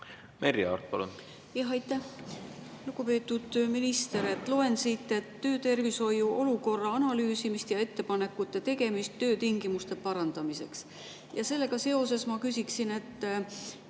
Merry Aart, palun! Aitäh! Lugupeetud minister! Ma loen siit: töötervishoiu olukorra analüüsimist ja ettepanekute tegemist töötingimuste parandamiseks. Sellega seoses ma küsiksin.